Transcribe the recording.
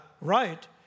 right